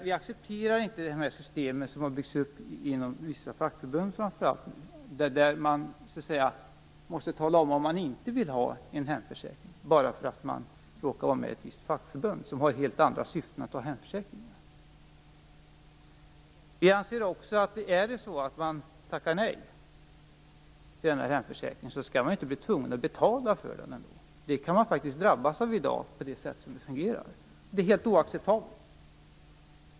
Vi accepterar alltså inte de system som har byggts upp inom framför allt vissa fackförbund, där man måste säga till om man inte vill ha en hemförsäkring. Detta måste man göra bara för att man råkar vara med i ett visst fackförbund, ett fackförbund som har helt andra syften än att hålla på med hemförsäkringar. Om man tackar nej till den här hemförsäkringen, anser vi inte att man skall man bli tvungen att betala för den heller. Det kan man faktiskt drabbas av som det fungerar i dag. Det är helt oacceptabelt.